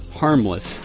harmless